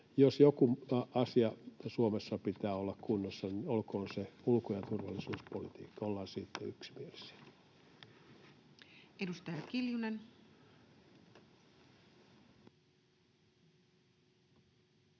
Jos jonkun asian Suomessa pitää olla kunnossa, olkoon se ulko- ja turvallisuuspolitiikka, ollaan siitä yksimielisiä. [Speech